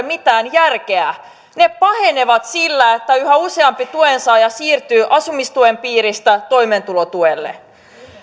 mitään järkeä ne pahenevat sillä että yhä useampi tuensaaja siirtyy asumistuen piiristä toimeentulotuelle